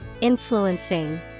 influencing